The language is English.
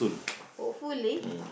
hopefully